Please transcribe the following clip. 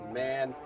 man